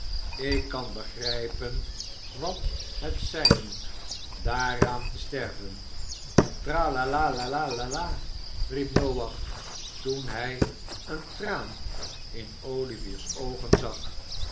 ik kan begrijpen wat het zijn moet daaraan te sterven tra ia la la la riep noach toen hij een traan in olivier's oogen zag